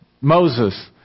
Moses